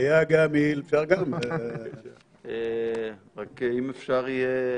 רק אם אפשר יהיה